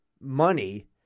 money